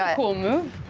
ah cool move.